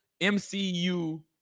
MCU